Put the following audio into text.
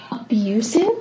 abusive